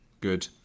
Good